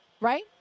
right